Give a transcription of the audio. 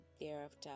thereafter